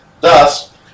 Thus